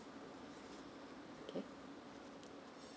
okay